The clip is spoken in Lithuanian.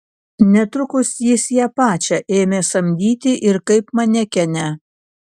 netrukus jis ją pačią ėmė samdyti ir kaip manekenę